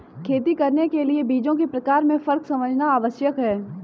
खेती करने के लिए बीजों के प्रकार में फर्क समझना आवश्यक है